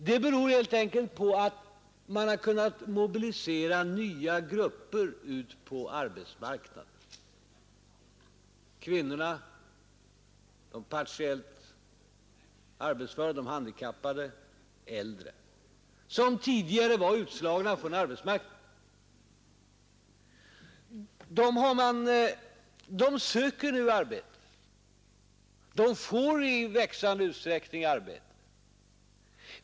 Det beror helt enkelt på att vi har kunnat mobilisera nya grupper ut på arbetsmarknaden — kvinnorna, de partiellt arbetsföra, de handikappade, de äldre — som tidigare var utestängda från den. De söker nu arbete, och de får i växande utsträckning arbete.